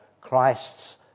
Christ's